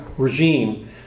regime